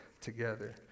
together